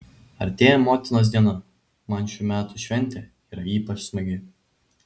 artėja motinos diena man šių metų šventė yra ypač smagi